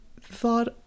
thought